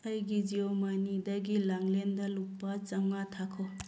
ꯑꯩꯒꯤ ꯖꯤꯌꯣ ꯃꯅꯤꯗꯒꯤ ꯂꯥꯡꯂꯦꯟꯗ ꯂꯨꯄꯥ ꯆꯥꯝꯃꯉꯥ ꯊꯥꯈꯣ